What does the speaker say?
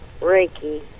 Reiki